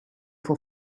for